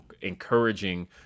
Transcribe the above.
encouraging